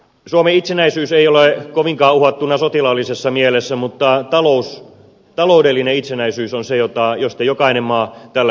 suomen itsenäisyys ei ole kovinkaan uhattuna sotilaallisessa mielessä mutta taloudellinen itsenäisyys on se josta jokainen maa tällä hetkellä kamppailee